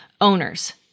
owners